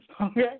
okay